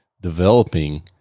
developing